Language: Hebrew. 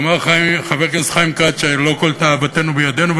כבר אמר חבר הכנסת חיים כץ שלא כל תאוותנו בידנו,